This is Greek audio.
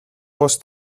πως